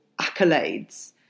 accolades